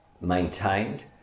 maintained